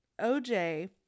OJ